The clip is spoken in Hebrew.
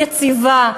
יציבה,